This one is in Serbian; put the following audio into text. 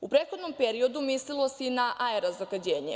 U prethodnom periodu mislilo se i na aero-zagađenje.